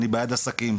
אני בעד עסקים,